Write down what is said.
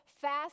fast